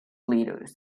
leaders